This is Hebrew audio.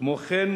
"כמו כן,